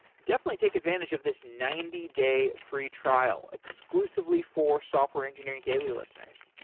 definitely take advantage of this ninety day free trial exclusively for software engineering daily listeners.